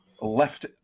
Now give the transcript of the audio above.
left